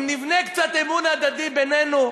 אם נבנה קצת אמון הדדי בינינו,